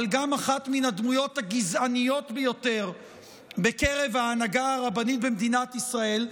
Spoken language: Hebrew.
אבל גם אחת מן הדמויות הגזעניות ביותר בקרב ההנהגה הרבנית במדינת ישראל.